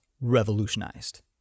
revolutionized